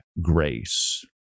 grace